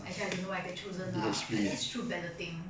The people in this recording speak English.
actually I don't know why I get chosen lah I think it's through balloting